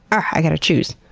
i gotta choose?